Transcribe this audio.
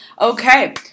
Okay